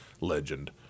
legend